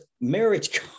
marriage